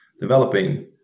developing